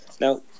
Now